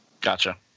Gotcha